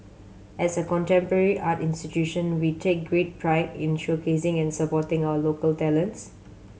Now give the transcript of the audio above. as a contemporary art institution we take great pride in showcasing and supporting our local talents